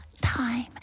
time